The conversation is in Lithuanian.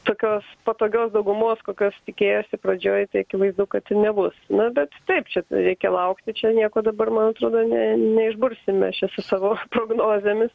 tokios patogios daugumos kokios tikėjosi pradžioj tai akivaizdu kad ir nebus na bet taip čia reikia laukti čia nieko dabar man atrodo ne ne išbursim mes čia su savo prognozėmis